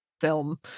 film